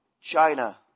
China